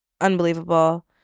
Unbelievable